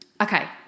Okay